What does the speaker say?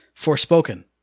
Forspoken